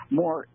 more